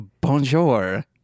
Bonjour